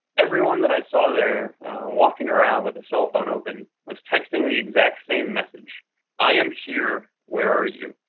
everyone that i saw there walking around with a cellphone open was texting the exact same message i am here, where are you?